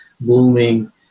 blooming